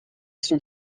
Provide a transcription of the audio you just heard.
sont